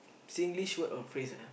Singlish word or phrase ah